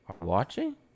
Watching